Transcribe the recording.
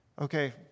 okay